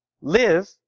live